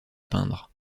peindre